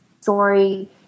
story